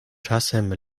czasem